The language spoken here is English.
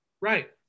right